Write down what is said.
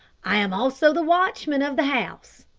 i am also the watchman of the house.